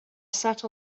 sat